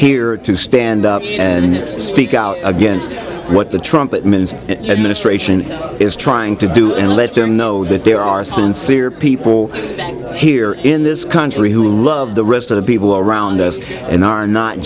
here to stand up and speak out against what the trumpet ms that administration is trying to do and let them know that there are sincere people here in this country who love the rest of the people around us and are not